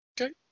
Okay